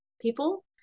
people